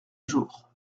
jour